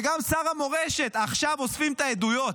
וגם שר המורשת, עכשיו אוספים את העדויות.